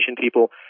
people